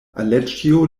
aleĉjo